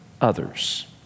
others